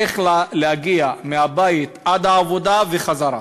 איך להגיע מהבית עד העבודה וחזרה.